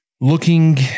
Looking